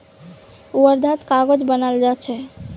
वर्धात कागज बनाल जा छे